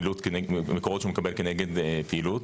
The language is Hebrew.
מקורות שהוא מקבל כנגד פעילות,